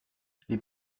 les